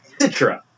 Citra